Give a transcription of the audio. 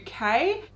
UK